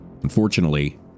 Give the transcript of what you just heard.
Unfortunately